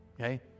Okay